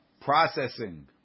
processing